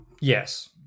yes